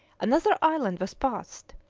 another island was passed.